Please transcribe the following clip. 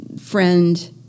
friend-